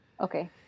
Okay